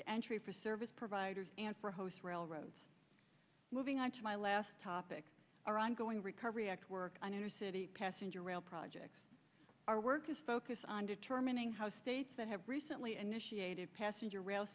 to entry for service providers and for host railroads moving on to my last topic our ongoing recovery act work on inner city passenger rail projects our work is focused on determining how states that have recently and initiated passenger r